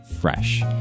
fresh